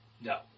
No